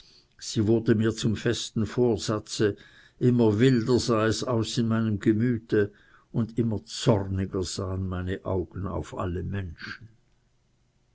sie wurde mir zum festen vorsätze immer wilder sah es aus in meinem gemüte und immer zorniger sahen meine augen auf alle menschen